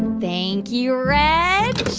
thank you, reg.